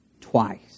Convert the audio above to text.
twice